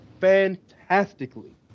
fantastically